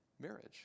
marriage